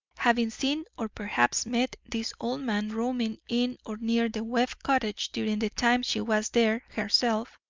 having seen or perhaps met this old man roaming in or near the webb cottage during the time she was there herself,